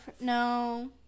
No